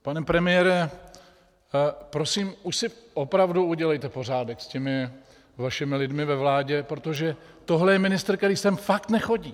Pane premiére, prosím, už si opravdu udělejte pořádek s těmi vašimi lidmi ve vládě, protože tohle je ministr, který sem fakt nechodí.